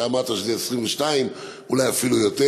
ואתה אמרת שזה יהיה 22 ואולי אפילו יותר.